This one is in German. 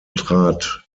trat